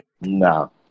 No